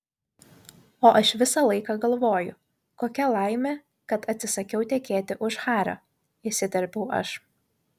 o aš visą laiką galvoju kokia laimė kad atsisakiau tekėti už hario įsiterpiau aš